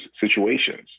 situations